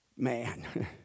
Man